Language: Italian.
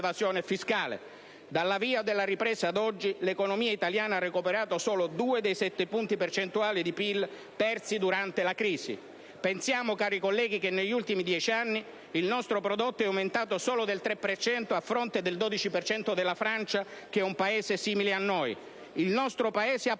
fiscale. Dall'avvio della ripresa ad oggi l'economia italiana ha recuperato solo due dei sette punti percentuali di PIL persi durante la crisi. Pensate, cari colleghi, che negli ultimi dieci anni il nostro prodotto è aumentato solo del 3 per cento a fronte del 12 per cento della Francia, che è un Paese simile al nostro. Il nostro Paese